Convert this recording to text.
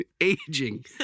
aging